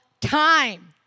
time